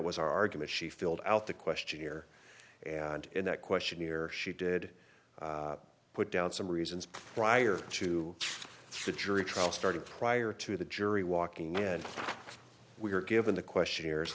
our argument she filled out the questionnaire and in that question here she did put down some reasons prior to the jury trial started prior to the jury walking in we were given the questionnaires